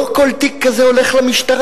לא כל תיק כזה הולך למשטרה.